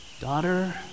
daughter